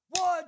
One